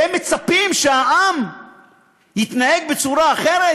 והם מצפים שהעם יתנהג בצורה אחרת?